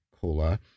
cola